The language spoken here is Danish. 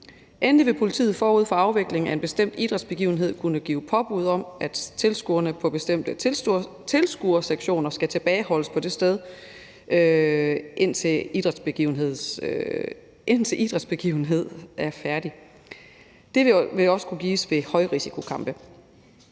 Endelig vil politiet forud for afviklingen af en bestemt idrætsbegivenhed kunne give påbud om, at tilskuerne på bestemte tilskuersektioner skal tilbageholdes på det sted, indtil idrætsbegivenheden er færdig. Det vil også kunne gives ved højrisikokampe.